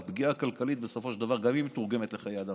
הפגיעה הכלכלית בסופו של דבר גם היא מתורגמת לחיי אדם,